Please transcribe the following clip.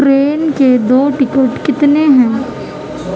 train کے دو ticket کتنے ہیں